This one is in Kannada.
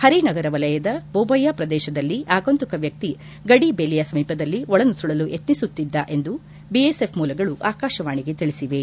ಪರಿ ನಗರ ವಲಯದ ಚೋಟೊಯ್ಯ ಪ್ರದೇಶದಲ್ಲಿ ಆಗುಂತಕ ವ್ಯಕ್ತಿ ಗಡಿ ಬೇಲಿಯ ಸಮೀಪದಲ್ಲಿ ಒಳನುಸುಳಲು ಯತ್ನಿಸುತ್ತಿದ್ದ ಎಂದು ಬಿಎಸ್ಎಫ್ ಮೂಲಗಳು ಆಕಾಶವಾಣಿಗೆ ತಿಳಿಸಿವೆ